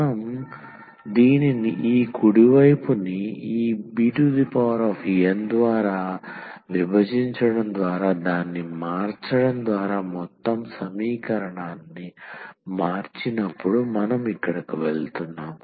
మనం దీనిని ఈ కుడి వైపుని ఈ bn ద్వారా విభజించడం ద్వారా దాన్ని మార్చడం ద్వారా మొత్తం సమీకరణాన్ని మార్చినప్పుడు మనం ఇక్కడకు వెళ్తున్నాం